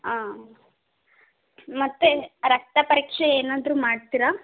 ಹಾಂ ಮತ್ತೆ ರಕ್ತ ಪರೀಕ್ಷೆ ಏನಾದ್ರೂ ಮಾಡ್ತೀರಾ